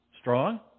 strong